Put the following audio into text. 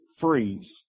freeze